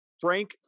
Frank